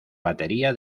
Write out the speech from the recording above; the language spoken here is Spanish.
batería